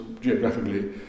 geographically